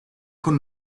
con